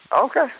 Okay